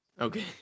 okay